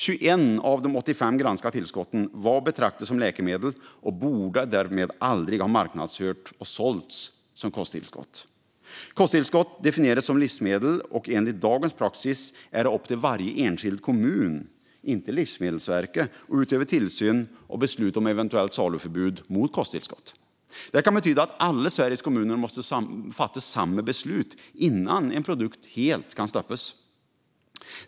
21 av de 85 granskade tillskotten var att betrakta som läkemedel och borde därmed aldrig ha marknadsförts och sålts som kosttillskott. Kosttillskott definieras som livsmedel, och enligt dagens praxis är det upp till varje kommun, inte Livsmedelsverket, att utöva tillsyn och besluta om eventuellt saluförbud mot kosttillskott. Det kan betyda att alla Sveriges kommuner måste fatta samma beslut innan en produkt helt kan stoppas.